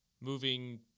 moving